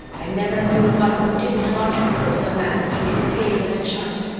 i never knew one who didn't want to cripple a man if you gave her the chance.